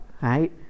right